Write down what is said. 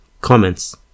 Comments